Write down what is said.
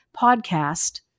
podcast